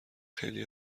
خیلی